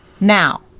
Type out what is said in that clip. Now